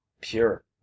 pure